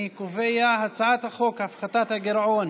אני קובע שהצעת החוק הפחתת הגירעון